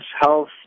health